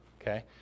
okay